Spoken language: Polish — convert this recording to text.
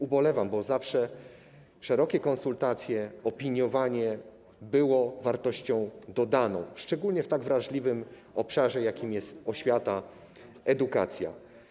Ubolewam nad tym, bo zawsze szerokie konsultacje, opiniowanie były wartością dodaną, szczególnie w tak wrażliwym obszarze, jakim jest oświata, edukacja.